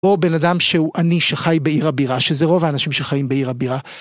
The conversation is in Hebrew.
או בן אדם שהוא אני שחי בעיר הבירה, שזה רוב האנשים שחיים בעיר הבירה.